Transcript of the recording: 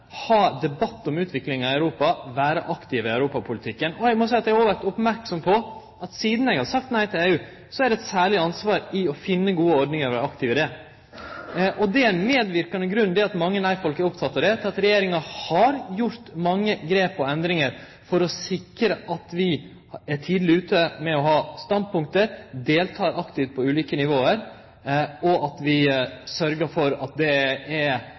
debatt om utviklinga i Europa og vere aktiv i europapolitikken. Eg må seie at eg òg er merksam på at sidan eg har sagt nei til EU, er det eit særleg ansvar å finne gode ordningar og vere aktiv der. Det at mange nei-folk er opptekne av det, er ein medverkande grunn til at Regjeringa har gjort mange grep og endringar for å sikre at vi er tidleg ute med å ta standpunkt, deltek aktivt på ulike nivå, at vi sørgjer for at det er